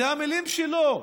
אלה המילים שלו: